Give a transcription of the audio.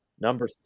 Number